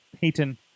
Payton